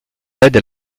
laide